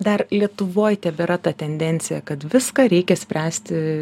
dar lietuvoj tebėra ta tendencija kad viską reikia spręsti